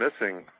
missing